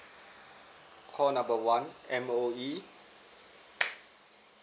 call number one M_O_E